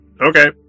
Okay